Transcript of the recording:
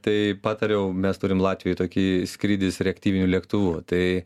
tai patariau mes turim latvijoj tokį skrydis reaktyviniu lėktuvu tai